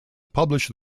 publish